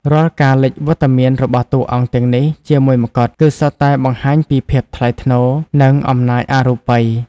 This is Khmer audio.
រាល់ការលេចវត្តមានរបស់តួអង្គទាំងនេះជាមួយម្កុដ គឺសុទ្ធតែបង្ហាញពីភាពថ្លៃថ្នូរ និងអំណាចអរូបី។